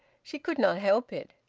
she could not help it.